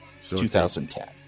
2010